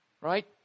Right